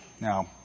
Now